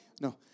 No